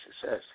success